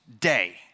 day